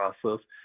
process